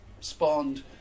spawned